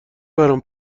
برام